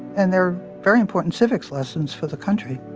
and they're very important civics lessons for the country